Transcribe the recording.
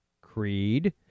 creed